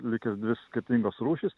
lyg ir dvi skirtingos rūšys